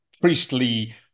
priestly